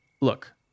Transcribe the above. look—